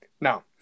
Now